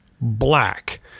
black